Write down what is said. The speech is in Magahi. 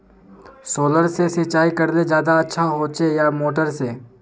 सोलर से सिंचाई करले ज्यादा अच्छा होचे या मोटर से?